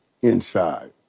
inside